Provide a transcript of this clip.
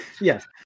Yes